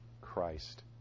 Christ